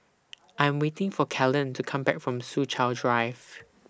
I Am waiting For Kellan to Come Back from Soo Chow Drive